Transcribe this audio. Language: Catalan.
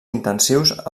intensius